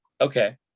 okay